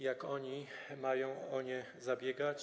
Jak oni mają o nie zabiegać?